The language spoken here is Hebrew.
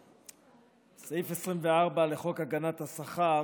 סעיף 24 לחוק הגנת השכר,